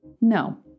No